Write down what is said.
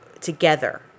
together